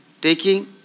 taking